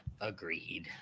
Agreed